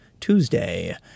Tuesday